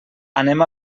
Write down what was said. anem